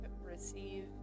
receive